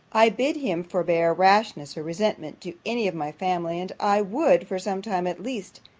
i bid him forbear rashness or resentment to any of my family, and i would, for some time at least,